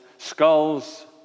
skulls